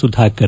Sudhakar